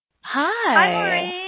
Hi